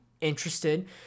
interested